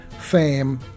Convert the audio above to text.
fame